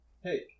Hey